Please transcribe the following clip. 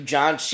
John